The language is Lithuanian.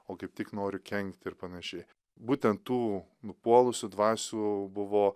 o kaip tik nori kenkt ir panaši būtent tų nupuolusių dvasių buvo